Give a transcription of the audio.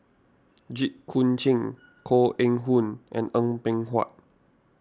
Jit Koon Ch'ng Koh Eng Hoon and Eng Png Huat